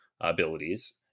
abilities